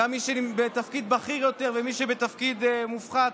גם מי שבתפקיד בכיר יותר ומישהו בתפקיד מופחת,